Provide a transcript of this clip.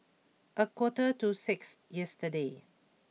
a quarter to six yesterday